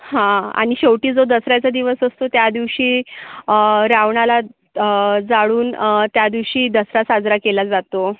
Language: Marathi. हा आणि शेवटी जो दसऱ्याचा दिवस असतो त्यादिवशी रावणाला जाळून त्यादिवशी दसरा साजरा केला जातो